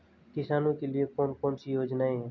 किसानों के लिए कौन कौन सी योजनाएं हैं?